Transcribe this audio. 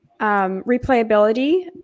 replayability